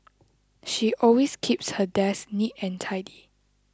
she always keeps her desk neat and tidy